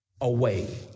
away